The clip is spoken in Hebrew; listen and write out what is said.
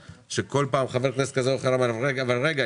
כשכל פעם חבר כנסת כזה או אחר אמר: אבל רגע,